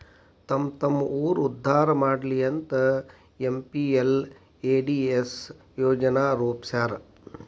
ತಮ್ಮ್ತಮ್ಮ ಊರ್ ಉದ್ದಾರಾ ಮಾಡ್ಲಿ ಅಂತ ಎಂ.ಪಿ.ಎಲ್.ಎ.ಡಿ.ಎಸ್ ಯೋಜನಾ ರೂಪ್ಸ್ಯಾರ